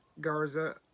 Garza